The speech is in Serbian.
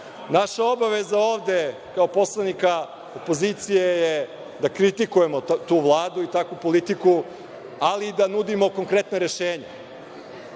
obaveza ovde kao poslanika opozicije je ovde da kritikujemo tu Vladu i takvu politiku ali i da nudimo konkretna rešenja.